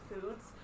foods